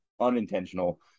unintentional